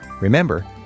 Remember